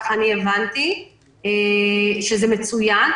וזה מצוין.